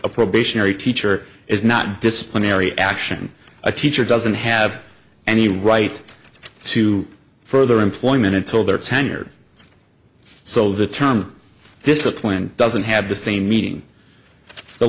a probationary teacher is not disciplinary action a teacher doesn't have any right to further employment until their tenure so the term discipline doesn't have the same meeting the